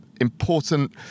important